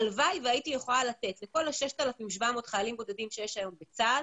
הלוואי והייתי יכולה לתת לכל ה-6,700 חיילים בודדים שיש היום בצה"ל